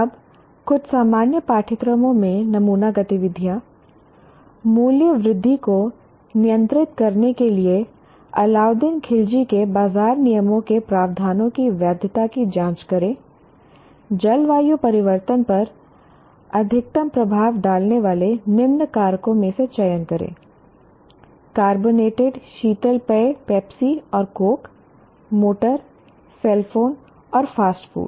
अब कुछ सामान्य पाठ्यक्रमों से नमूना गतिविधियां मूल्य वृद्धि को नियंत्रित करने के लिए अलाउद्दीन खिलजी के बाजार नियमों के प्रावधानों की वैधता की जांच करें जलवायु परिवर्तन पर अधिकतम प्रभाव डालने वाले निम्न कारकों में से चयन करें कार्बोनेटेड शीतल पेय पेप्सी और कोक मोटर सेल फोन और फास्ट फूड